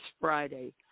Friday